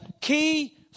key